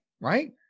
right